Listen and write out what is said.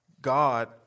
God